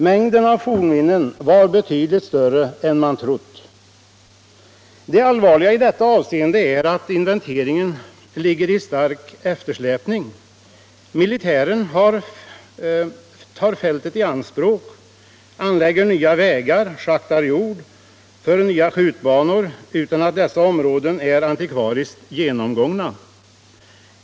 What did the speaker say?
Mängden av fornminnen var betydligt större än man hade trott. Det allvarliga är att arbetet med inventeringen ligger i stark eftersläpning. Militären tar fältet i anspråk, anlägger nya vägar och schaktar jord för nya skjutbanor utan att områdena är antikvariskt genomgångna.